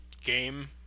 game